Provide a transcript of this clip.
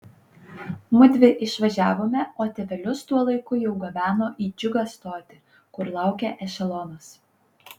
mudvi išvažiavome o tėvelius tuo laiku jau gabeno į džiugą stotį kur laukė ešelonas